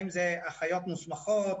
אם זה אחיות מוסמכות,